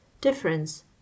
Difference